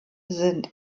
sind